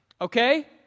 Okay